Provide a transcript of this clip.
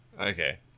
Okay